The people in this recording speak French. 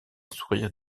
sourire